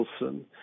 Wilson